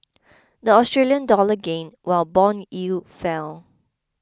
the Australian dollar gained while bond yields fell